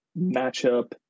matchup